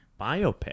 biopic